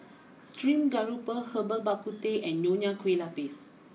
stream grouper Herbal Bak Ku Teh and Nonya Kueh Lapis